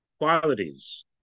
qualities